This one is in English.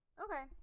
Okay